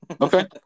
Okay